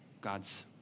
God's